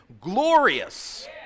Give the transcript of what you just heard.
glorious